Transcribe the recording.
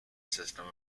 system